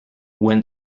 when